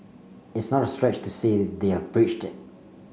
it's not a stretch to say they've breached it